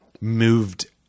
moved